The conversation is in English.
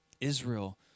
Israel